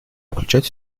включать